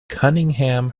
cunningham